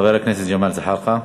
חבר הכנסת ג'מאל זחאלקה.